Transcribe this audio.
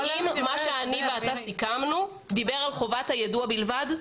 האם מה שאתה ואני סיכמנו דיבר על חובת היידוע בלבד?